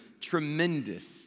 tremendous